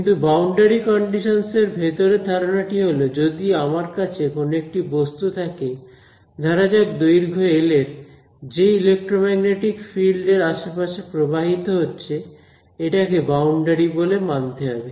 কিন্তু boundary conditions এর ভেতরের ধারণাটি হলো যদি আমার কাছে কোন একটি বস্তু থাকে ধরা যাক দৈর্ঘ্য এল এর যে ইলেক্ট্রো ম্যাগনেটিক ফিল্ড এর আশেপাশে প্রবাহিত হচ্ছে এটাকে বাউন্ডারি বলে মানতে হবে